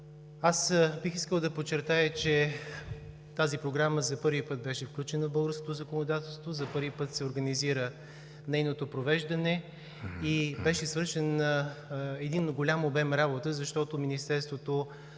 Аз бих искал да подчертая, че тази програма за първи път беше включена в българското законодателство, за първи път се организира нейното провеждане и беше свършен един голям обем работа, защото Министерството